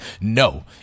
no